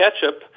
ketchup